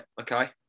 Okay